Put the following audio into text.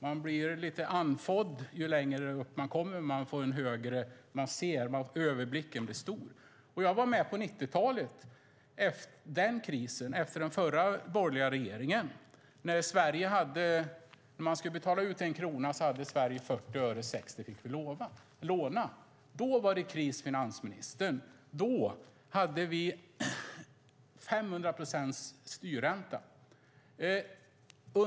Man blir mer andfådd ju längre upp man kommer, men man får en stor överblick. Jag var med på 90-talet och under krisen efter den förra borgerliga regeringen. När Sverige skulle betala ut en krona hade Sverige 40 öre. 60 öre fick vi låna. Då var det kris, finansministern. Då hade vi 500 procents styrränta.